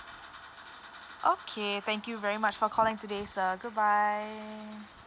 okay thank you very much for calling today sir good bye